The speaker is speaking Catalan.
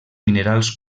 minerals